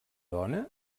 dona